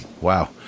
Wow